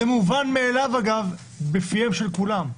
זה מובן מאליו, אגב, בפיהם של כולם,